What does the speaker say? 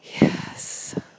Yes